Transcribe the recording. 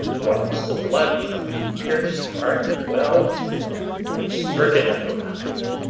whilst the blood from the pierced heart welled and spurted up around it.